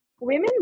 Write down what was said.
women